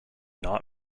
not